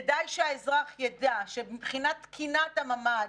כדאי שהאזרח ידע שמבחינת תקינת הממ"ד,